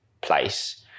place